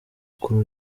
kuri